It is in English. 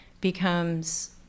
becomes